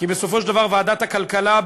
כי בסופו של דבר ועדת הכלכלה,